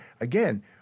again